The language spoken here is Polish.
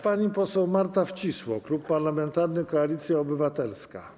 Pani poseł Marta Wcisło, Klub Parlamentarny Koalicja Obywatelska.